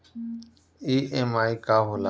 EMI का होला?